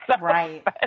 Right